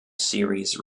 series